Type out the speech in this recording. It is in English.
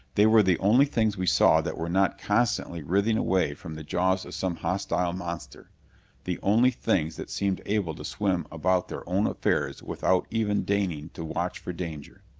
they were the only things we saw that were not constantly writhing away from the jaws of some hostile monster the only things that seemed able to swim about their own affairs without even deigning to watch for danger.